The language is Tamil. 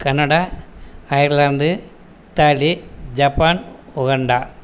Canada Ireland Italy Japan Uganda